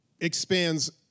expands